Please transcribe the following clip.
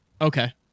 Okay